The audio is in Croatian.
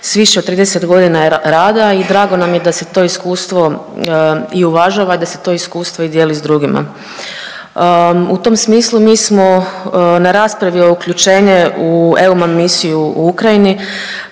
s više od 30.g. rada i drago nam je da se to iskustvo i uvažava, da se to iskustvo i dijeli s drugima. U tom smislu mi smo na raspravi o uključenje u EUMAM misiju u Ukrajini